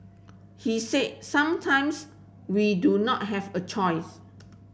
he said sometimes we do not have a choice